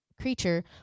creature